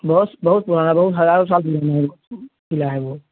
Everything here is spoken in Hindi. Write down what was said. बहोस बहुत पुराना बहुत हज़ारो साल पुराना है क़िला है वह